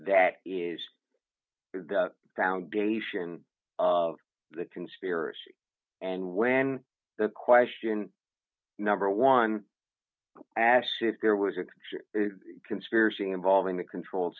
that is foundation of the conspiracy and when the question number one asks if there was a conspiracy involving the controlled